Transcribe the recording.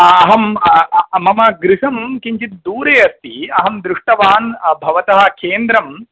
अहं मम गृहं किञ्चित् दूरे अस्ति अहं दृष्टवान् भवतः केन्द्रं